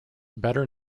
better